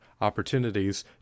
opportunities